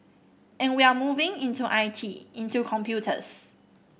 and we're moving into I T into computers